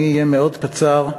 אני אהיה מאוד קצר.